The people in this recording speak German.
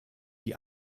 die